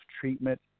treatment